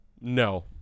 no